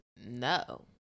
no